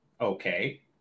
Okay